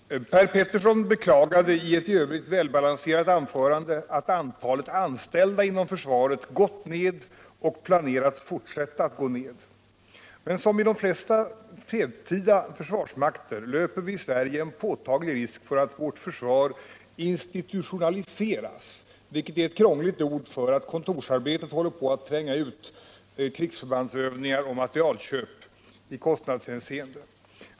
Herr talman! Per Petersson beklagar i ett i övrigt välbalanserat anförande att antalet anställda inom försvaret gått ned och planeras fortsätta gå ned. Men som i de flesta sentida försvarsmakter löper vi i Sverige en påtaglig risk för att vårt försvar institutionaliseras, vilket är ett krångligt ord för att kontorsarbetet håller på att tränga ut krigsförbandsövningar och materielinköp i kostnadshänseende.